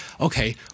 okay